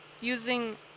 using